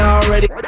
already